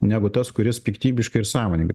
negu tas kuris piktybiškai ir sąmoningai